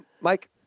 Mike